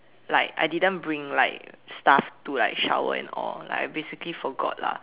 like I didn't bring like stuff to like shower and all like I basically forgot lah